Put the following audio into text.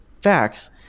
facts